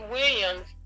Williams